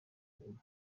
guma